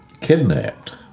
kidnapped